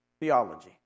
theology